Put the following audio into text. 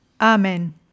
Amen